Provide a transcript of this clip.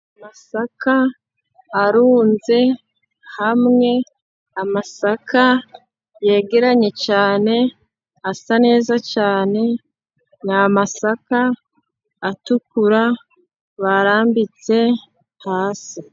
Amasaka arunze hamwe, amasaka yegeranye cyane asa neza cyane, ni amasaka atukura barambitse hasi.